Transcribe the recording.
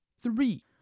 three